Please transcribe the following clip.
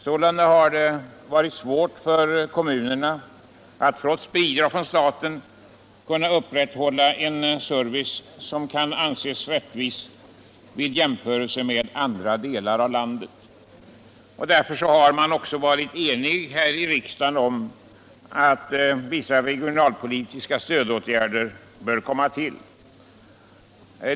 Sålunda har det varit svårt för kommunerna att trots bidrag från staten kunna upprätthålla en service som kan anses rättvis vid jämförelse med andra delar av landet. Därför har vi också varit eniga här i riksdagen om att vissa regionalpolitiska stödåtgärder bör komma till.